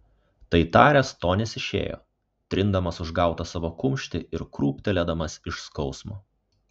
tai taręs tonis išėjo trindamas užgautą savo kumštį ir krūptelėdamas iš skausmo